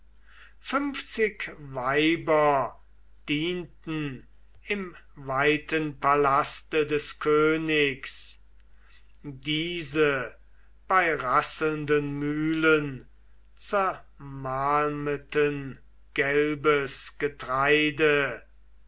weiber dienten im weiten palaste des königs diese bei rasselnden mühlen zermalmeten gelbes getreide